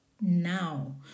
now